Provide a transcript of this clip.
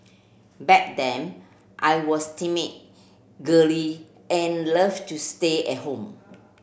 back then I was timid girly and loved to stay at home